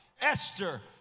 Esther